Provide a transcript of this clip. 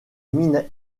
mine